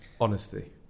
honesty